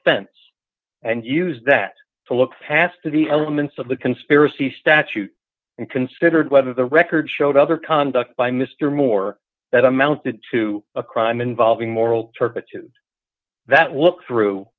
offense and use that to look past to the elements of the conspiracy statute and considered whether the record showed other conduct by mr moore that amounted to a crime involving moral turpitude that look through